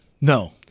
No